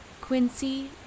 Quincy